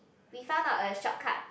be fun not a shortcut